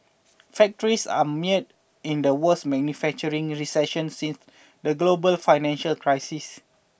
factories are mere in the worst manufacturing recession since the global financial crisis